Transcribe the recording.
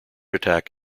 attack